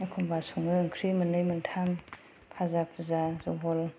एखम्बा सङो ओंख्रि मोननै मोनथाम भाजा भुजा झल